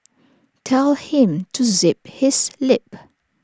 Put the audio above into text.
tell him to zip his lip